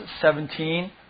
17